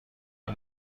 این